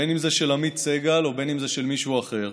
בין אם זה של עמית סגל או בין אם זה של מישהו אחר,